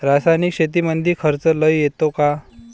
रासायनिक शेतीमंदी खर्च लई येतो का?